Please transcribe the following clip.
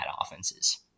offenses